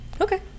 Okay